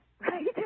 Right